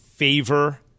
favor